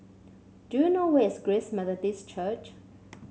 do you know where is Grace Methodist Church